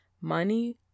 Money